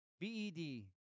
B-E-D